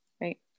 right